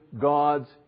God's